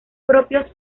propios